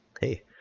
Hey